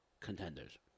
contenders